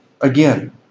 again